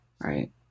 right